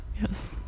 Yes